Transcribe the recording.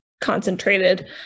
concentrated